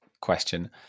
question